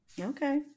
Okay